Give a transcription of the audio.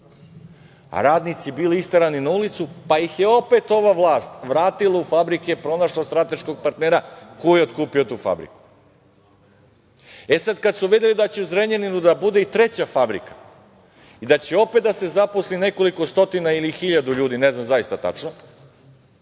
a radnici bili isterani na ulicu, pa ih je opet ova vlast vratila u fabrike, pronašla strateškog partnera koji je otkupio tu fabriku. Sada kada su videli da će u Zrenjaninu da bude i treća fabrika i da će opet da se zaposli nekoliko stotina ili hiljadu ljudi, ne znam zaista tačno,